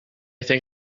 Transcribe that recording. think